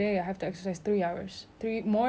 in the gym for that long